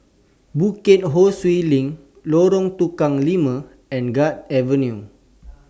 Bukit Ho Swee LINK Lorong Tukang Lima and Guards Avenue